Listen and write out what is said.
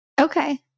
Okay